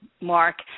mark